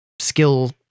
skill